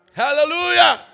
hallelujah